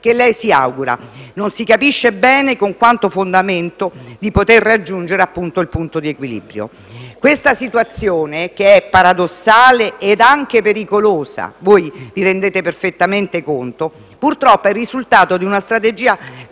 che lei si augura - non si capisce bene con quanto fondamento - di poter raggiungere. Questa situazione che è paradossale e anche pericolosa - ve ne rendete perfettamente conto - purtroppo è il risultato di una strategia